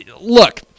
Look